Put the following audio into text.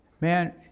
man